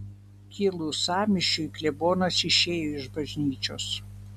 kilus sąmyšiui klebonas išėjo iš bažnyčios